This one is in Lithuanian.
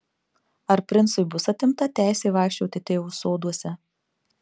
ar princui bus atimta teisė vaikščioti tėvo soduose